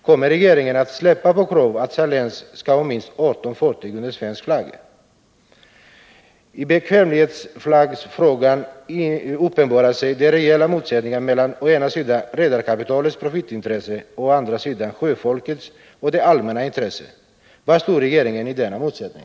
Kommer regeringen att släppa på kravet att Saléns skall ha minst 18 fartyg under svenskt flagg? I bekvämlighetsflaggsfrågan uppenbarar sig de reella motsättningarna mellan å ena sidan redarkapitalets profitintresse och å andra sidan sjöfolkets och det allmännas intresse. Var står regeringen i denna motsättning?